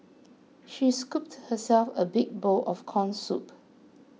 she scooped herself a big bowl of Corn Soup